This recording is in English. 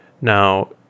Now